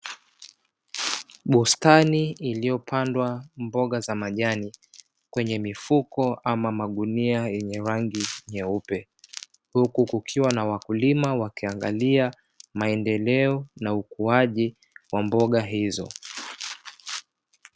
Bustani iliyopandwa mboga za majani kwenye mifuko ama magunia yenye rangi nyeupe, huku kukiwa na wakulima wakiangalia maendeleo na ukuaji wa mboga hizo.